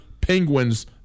penguins